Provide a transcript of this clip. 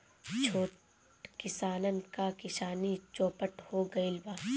छोट किसानन क किसानी चौपट हो गइल बा